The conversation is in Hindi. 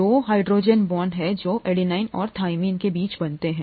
दो हाइड्रोजन बांड हैं जो एडेनिन और थाइमिन के बीच बनते हैं